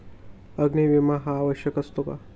अग्नी विमा हा आवश्यक असतो का?